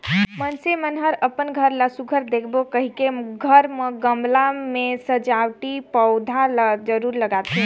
मइनसे मन हर अपन घर ला सुग्घर दिखे कहिके घर म गमला में सजावटी पउधा ल जरूर लगाथे